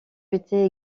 réputée